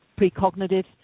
precognitive